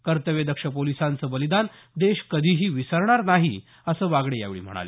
कर्तव्यदक्ष पोलिसांचं बलिदान देश कधीही विसरणार नाही असं बागडे यावेळी म्हणाले